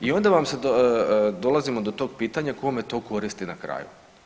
I onda dolazimo do tog pitanja kome to koristi na kraju?